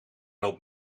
loopt